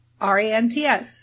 R-A-N-T-S